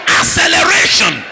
acceleration